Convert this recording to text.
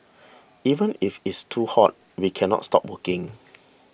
even if is too hot we cannot stop working